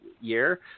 year